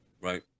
right